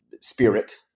spirit